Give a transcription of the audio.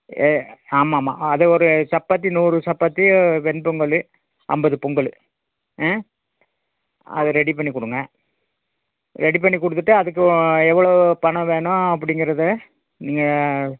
ஏ ஆமாம் ஆமாம் அது ஒரு சப்பாத்தி நூறு சப்பாத்தி வெண் பொங்கல் ஐம்பது பொங்கல் ஆ அது ரெடி பண்ணிக் கொடுங்க ரெடி பண்ணி கொடுத்துட்டு அதுக்கும் எவ்வளோ பணம் வேணும் அப்படிங்கிறத நீங்கள்